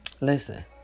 Listen